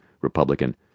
Republican